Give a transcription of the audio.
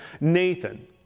Nathan